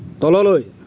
তললৈ